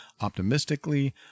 optimistically